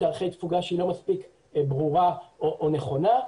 אחרי תפוגה שהיא לא מספיק ברורה או נכונה.